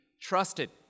trusted